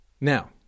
Now